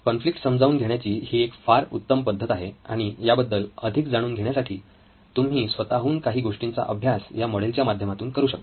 conflict समजावून घेण्याची ही एक फार उत्तम पद्धत आहे आणि याबद्दल अधिक जाणून घेण्यासाठी तुम्ही स्वतःहून काही गोष्टींचा अभ्यास या मॉडेल च्या माध्यमातून करू शकता